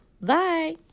Bye